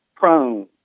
Prone